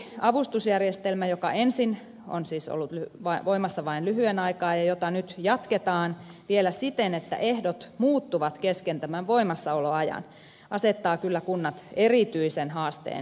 uusi avustusjärjestelmä joka ensin on siis ollut voimassa vain lyhyen aikaa ja jota nyt jatketaan vielä siten että ehdot muuttuvat kesken tämän voimassaoloajan asettaa kyllä kunnat erityisen haasteen eteen